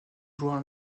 joueurs